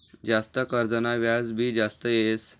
जास्त कर्जना व्याज भी जास्त येस